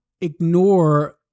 ignore